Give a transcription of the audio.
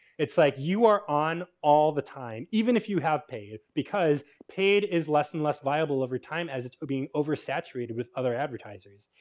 it's like you are on all the time even if you have paid. because paid is less and less viable over time as it's being oversaturated with other advertisers.